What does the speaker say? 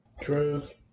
Truth